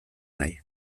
nahi